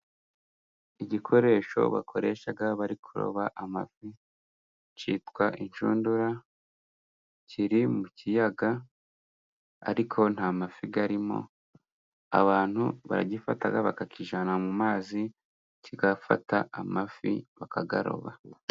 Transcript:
Igikoresho bakoresha bari kuroba amafi cyitwa inshundura, kiri mu kiyaga ariko nta mafi arimo, abantu baragifata bakakijyana mu mazi kigafata amafi bakayaroba.